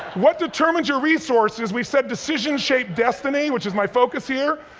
what determines your resources, we said decisions shape destiny, which is my focus here.